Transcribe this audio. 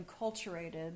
enculturated